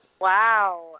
Wow